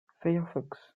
firefox